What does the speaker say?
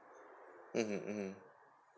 mmhmm mmhmm